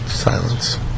Silence